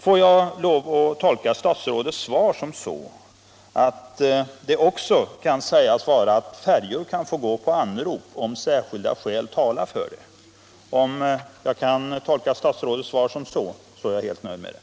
Får jag tolka statsrådets svar så att färjor kan få gå på anrop om särskilda skäl talar för det? I så fall är jag helt nöjd med svaret.